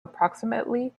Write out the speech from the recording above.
approximately